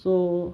so